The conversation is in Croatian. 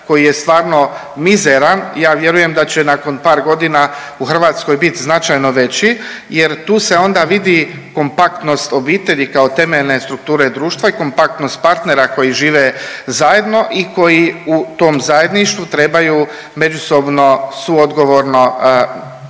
koji je stvarno mizeran i ja vjerujem da će nakon par godina u Hrvatskoj bit značajno veći jer tu se onda vidi kompaktnost obitelji kao temeljne strukture društva i kompaktnost partnera koji žive zajedno i koji u tom zajedništvu trebaju međusobno suodgovorno promijeniti